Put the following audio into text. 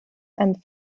and